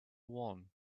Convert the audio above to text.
one